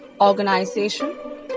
organization